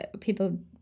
people